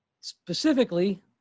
specifically